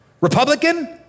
Republican